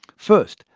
first,